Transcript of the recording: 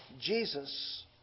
Jesus